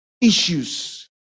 issues